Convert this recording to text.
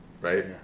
right